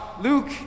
Luke